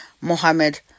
Mohammed